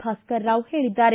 ಭಾಸ್ಕರ್ ರಾವ್ ಹೇಳಿದ್ದಾರೆ